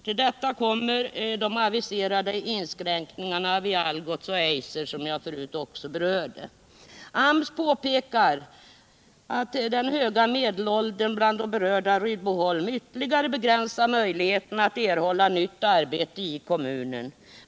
Till detta kommer de aviserade inskränkningarna vid Algots och Eiser, som jag förut berört. AMS påpekar att den höga medelåldern bland de berörda vid Rydboholm ytterligare begränsar möjligheterna att erhålla nytt arbete i kommunen.